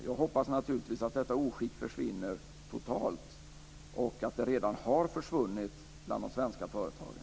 Jag hoppas naturligtvis att detta oskick försvinner totalt och att det redan har försvunnit bland de svenska företagen.